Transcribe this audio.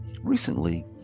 Recently